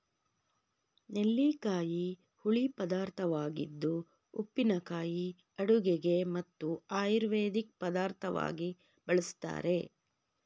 ನೆಲ್ಲಿಕಾಯಿ ಹುಳಿ ಪದಾರ್ಥವಾಗಿದ್ದು ಉಪ್ಪಿನಕಾಯಿ ಅಡುಗೆಗೆ ಮತ್ತು ಆಯುರ್ವೇದಿಕ್ ಪದಾರ್ಥವಾಗಿ ಬಳ್ಸತ್ತರೆ